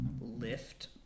lift